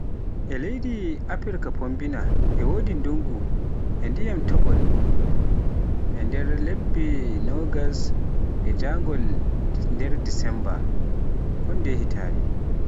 E leydi Afirka fombina e wodi ndungu e dyiman topol e nder lebbe nogas e jangole Desemba kondeye hitande.